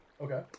Okay